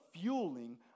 fueling